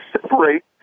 separate